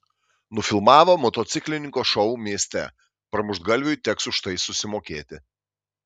nufilmavo motociklininko šou mieste pramuštgalviui teks už tai susimokėti